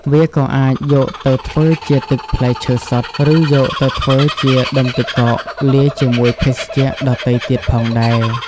វាក៏អាចយកទៅធ្វើជាទឹកផ្លែឈើសុទ្ធ ឬយកទៅធ្វើជាដុំទឹកកកលាយជាមួយភេសជ្ជៈដទៃទៀតផងដែរ។